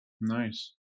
Nice